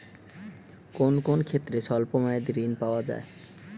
কোন কোন ক্ষেত্রে স্বল্প মেয়াদি ঋণ পাওয়া যায়?